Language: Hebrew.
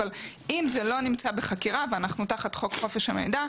אבל אם זה לא נמצא בחקירה ואנחנו תחת חוק חופש המידע,